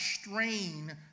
strain